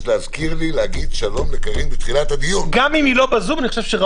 גם של הייעוץ המשפטי לוועדה בחלקים מסוימים וגם